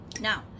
Now